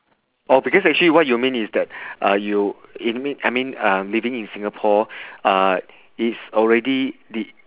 oh because actually what you mean is that uh you it mean I mean uh living in singapore uh is already the